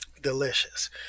Delicious